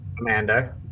Amanda